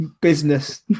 Business